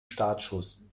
startschuss